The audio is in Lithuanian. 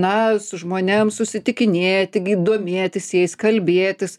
na su žmonėm susitikinėti gi domėtis jais kalbėtis